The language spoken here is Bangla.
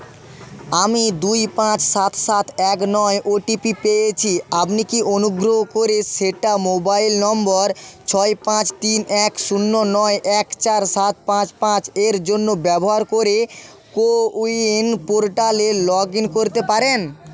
আমি দুই পাঁচ সাত সাত এক নয় ও টি পি পেয়েছি আপনি কি অনুগ্রহ করে সেটা মোবাইল নম্বর ছয় পাঁচ তিন এক শূন্য নয় এক চার সাত পাঁচ পাঁচ এর জন্য ব্যবহার করে কোউইন পোর্টালে লগ ইন করতে পারেন